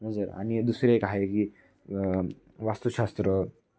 नजर आणि दुसरं एक आहे की वास्तुशास्त्र